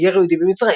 "מולייר יהודי במצרים",